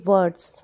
Words